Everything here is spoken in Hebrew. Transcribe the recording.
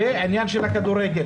והעניין של הכדורגל.